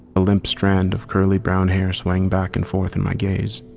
a limp strand of curly brown hair swaying back and forth in my gaze.